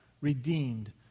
redeemed